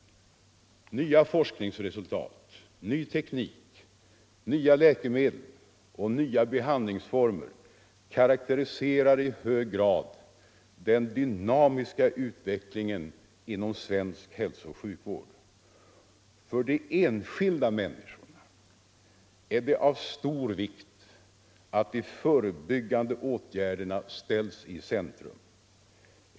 Nya forskningsresultat, ny teknik, nya läkemedel och nya behandlingsformer karakteriserar i hög grad den dynamiska utvecklingen inom svensk hälsooch sjukvård. För de enskilda människorna är det av stor vikt att de förebyggande åtgärderna ställs i centrum.